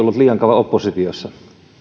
oppositiossa